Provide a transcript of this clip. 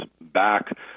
back